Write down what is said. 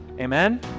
Amen